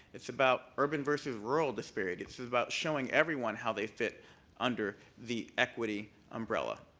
it's about urban versus rural disparity, it's it's about showing everyone how they fit under the equity umbrella.